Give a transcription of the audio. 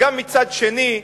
מצד שני,